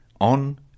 on